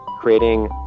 creating